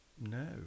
no